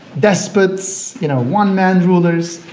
despots, you know, one-man rulers,